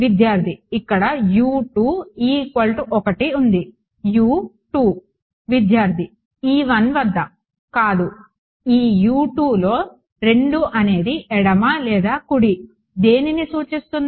విద్యార్థి ఇక్కడ ఉంది విద్యార్థి e 1 వద్ద కాదు ఈ లో రెండు అనేది ఎడమ లేదా కుడి దేనిని సూచిస్తుంది